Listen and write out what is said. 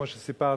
כמו שסיפרת,